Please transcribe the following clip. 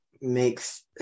makes